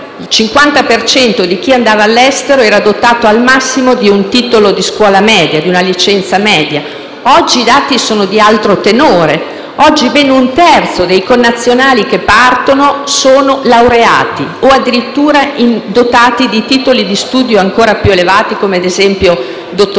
cento di chi andava all'estero era dotato, al massimo, di un titolo di licenza media), oggi i dati sono di altro tenore. Oggi, ben un terzo dei connazionali che partono sono laureati o, addirittura, dotati di titoli di studio ancora più elevati, come, ad esempio, dottorati